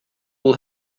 will